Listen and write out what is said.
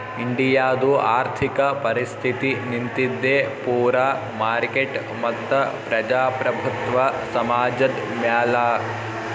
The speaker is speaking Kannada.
ಇಂಡಿಯಾದು ಆರ್ಥಿಕ ಪರಿಸ್ಥಿತಿ ನಿಂತಿದ್ದೆ ಪೂರಾ ಮಾರ್ಕೆಟ್ ಮತ್ತ ಪ್ರಜಾಪ್ರಭುತ್ವ ಸಮಾಜದ್ ಮ್ಯಾಲ